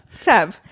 Tab